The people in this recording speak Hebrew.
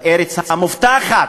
הארץ המובטחת.